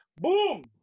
Boom